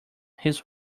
his